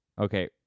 Okay